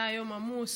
היה יום עמוס,